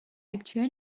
actuel